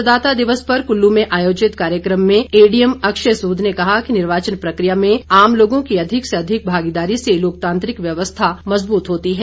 मतदाता दिवस पर कुल्लू में आयोजित कार्यक्रम में एडीएम अक्षय सूद ने कहा कि निर्वाचन प्रकिया में आम लोगों की अधिक से अधिक भागीदारी से लोकतांत्रिक व्यवस्था मजबूत होती है